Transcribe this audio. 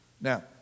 Now